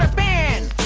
band,